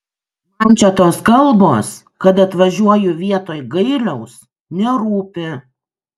man čia tos kalbos kad atvažiuoju vietoj gailiaus nerūpi